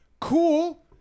Cool